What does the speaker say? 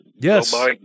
Yes